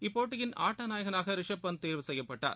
இப்போட்டியின் ஆட்ட நாயகனாக ரிஷப் பந்த் தேர்வு செய்யப்பட்டார்